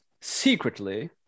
secretly